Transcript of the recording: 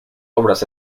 obras